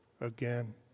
again